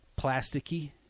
plasticky